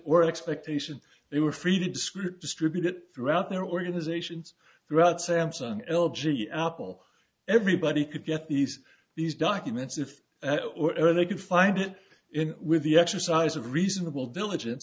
or expectation they were free to describe distributed throughout their organizations throughout samsung l g apple everybody could get these these documents if or early could find it in with the exercise of reasonable diligence